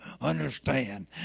understand